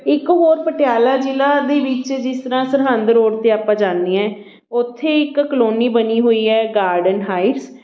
ਇੱਕ ਹੋਰ ਪਟਿਆਲਾ ਜ਼ਿਲ੍ਹਾ ਦੇ ਵਿੱਚ ਜਿਸ ਤਰ੍ਹਾਂ ਸਰਹੰਦ ਰੋਡ 'ਤੇ ਆਪਾਂ ਜਾਂਦੇ ਹਾਂ ਉੱਥੇ ਇੱਕ ਕਲੋਨੀ ਬਣੀ ਹੋਈ ਹੈ ਗਾਰਡਨ ਹਾਈਟਸ